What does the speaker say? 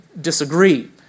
Disagree